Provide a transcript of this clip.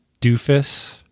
doofus